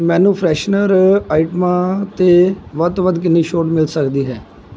ਮੈਨੂੰ ਫਰੈਸ਼ਨਰ ਆਈਟਮਾਂ 'ਤੇ ਵੱਧ ਤੋਂ ਵੱਧ ਕਿੰਨੀ ਛੋਟ ਮਿਲ ਸਕਦੀ ਹੈ